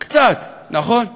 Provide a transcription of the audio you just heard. קצת, נכון?